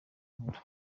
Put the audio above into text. nkora